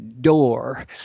door